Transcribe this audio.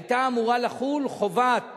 היתה אמורה לחול חובת